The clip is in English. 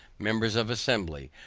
members of assembly,